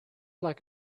like